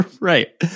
Right